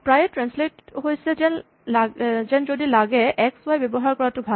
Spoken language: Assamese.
প্ৰায়ে ট্ৰেন্সলেট হৈছে যেন যদি লাগে এক্স ৱাই ব্যৱহাৰ কৰাটো ভাল